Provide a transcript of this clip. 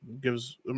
gives